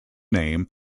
name